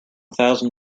thousand